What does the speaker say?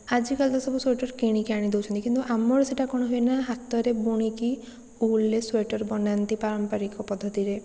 ଆଜିକାଲି ତ ସବୁ ସ୍ଵେଟର କିଣିକି ଆଣି ଦେଉଛନ୍ତି କିନ୍ତୁ ଆମର ସେଇଟା କ'ଣ ହୁଏ ନାଁ ହାତରେ ବୁଣିକି ଉଲ୍ରେ ସ୍ଵେଟର୍ ବନାନ୍ତି ପାରମ୍ପରିକ ପଦ୍ଧତିରେ